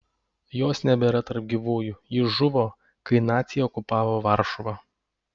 jos nebėra tarp gyvųjų ji žuvo kai naciai okupavo varšuvą